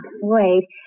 wait